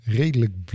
redelijk